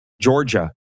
Georgia